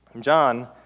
John